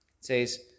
says